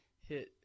hit